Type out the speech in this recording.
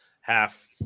half